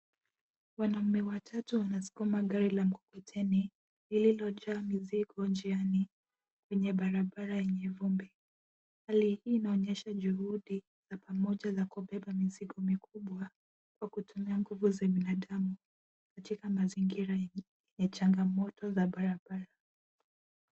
Wanaume watatu wanaskuma gari la mkokoteni lililojaa mizigo njiani kwenye barabara yenye vumbi. Hali hii inaonyesha juhudi za pamoja za kubeba mizigo mikubwa kwa kutumia nguvu za binadamu katika mazingira yenye changamoto za barabara.